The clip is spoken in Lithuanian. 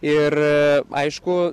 ir aišku